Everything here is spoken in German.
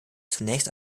zunächst